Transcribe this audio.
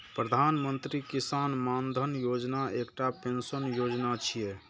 प्रधानमंत्री किसान मानधन योजना एकटा पेंशन योजना छियै